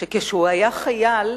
שכשהיה חייל,